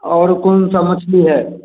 और कौन सा मछली है